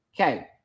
Okay